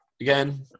again